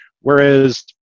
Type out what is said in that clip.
Whereas